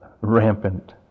rampant